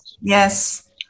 yes